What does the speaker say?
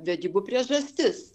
vedybų priežastis